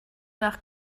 nach